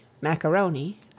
macaroni